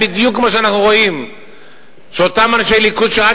בדיוק כמו שאנחנו רואים שאותם אנשי ליכוד שרק